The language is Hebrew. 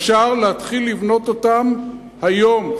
אפשר להתחיל לבנות אותן היום,